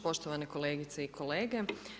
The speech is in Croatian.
Poštovane kolegice i kolege.